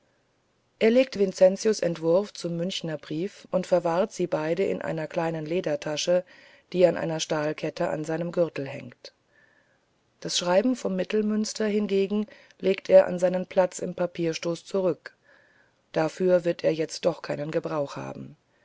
er legt vincentius entwurf zum münchner brief und verwahrt sie beide in einer kleinen ledertasche die an einer stahlkette an seinem gürtel hängt das schreiben vom mittelmünster hingegen legt er an seinen platz im papierstoße zurück dafür wird er jetzt doch keinen gebrauch haben